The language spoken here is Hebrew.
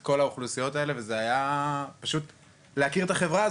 זו הייתה הדרך להכיר את החברה,